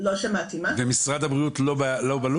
משרד הבריאות בלופ